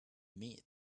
meat